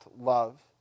love